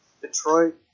Detroit